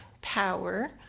power